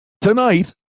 tonight